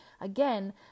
Again